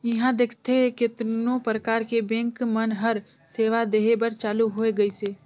इहां देखथे केतनो परकार के बेंक मन हर सेवा देहे बर चालु होय गइसे